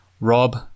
Rob